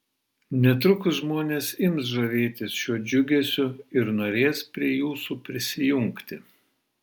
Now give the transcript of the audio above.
netrukus žmonės ims žavėtis šiuo džiugesiu ir norės prie jūsų prisijungti